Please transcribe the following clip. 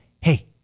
hey